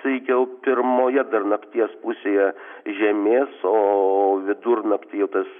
tai jau pirmoje dar nakties pusėje žemės o vidurnaktį jau tas